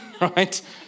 Right